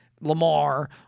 Lamar